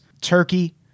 Turkey